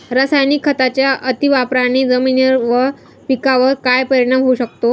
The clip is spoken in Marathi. रासायनिक खतांच्या अतिवापराने जमिनीवर व पिकावर काय परिणाम होऊ शकतो?